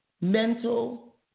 mental